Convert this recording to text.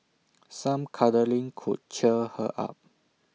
some cuddling could cheer her up